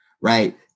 right